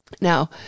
Now